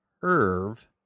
curve